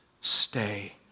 stay